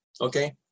okay